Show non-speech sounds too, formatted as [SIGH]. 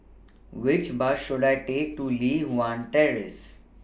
[NOISE] Which Bus should I Take to Li Hwan Terrace